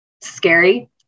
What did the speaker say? scary